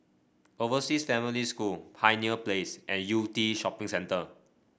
Overseas Family School Pioneer Place and Yew Tee Shopping Centre